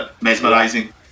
mesmerizing